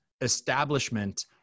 establishment